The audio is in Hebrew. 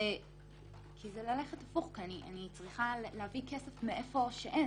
כי אני צריכה להביא כסף מאיפה שאין.